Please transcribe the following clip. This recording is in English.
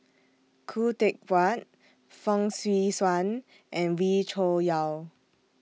Khoo Teck Puat Fong Swee Suan and Wee Cho Yaw